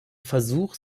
versuch